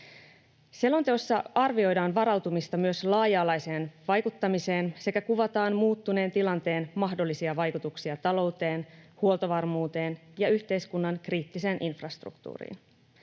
Selonteossa arvioidaan varautumista myös laaja-alaiseen vaikuttamiseen sekä kuvataan muuttuneen tilanteen mahdollisia vaikutuksia talouteen, huoltovarmuuteen ja yhteiskunnan kriittiseen infrastruktuuriin.